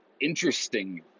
interesting